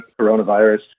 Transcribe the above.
coronavirus